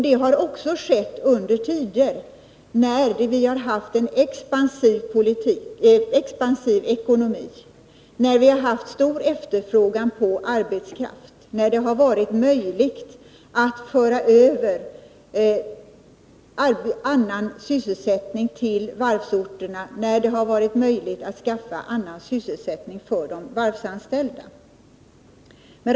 Detta har skett också under tider när vi har haft en expansiv ekonomi, med stor efterfrågan på arbetskraft och när det har varit möjligt att föra över annan sysselsättning till varvsorterna och att skaffa annan sysselsättning för de varvsanställda.